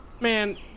Man